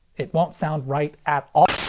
it won't sound right at all.